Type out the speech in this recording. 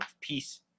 peace